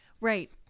Right